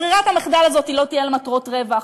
ברירת המחדל הזאת לא תהיה למטרות רווח,